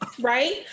Right